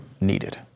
needed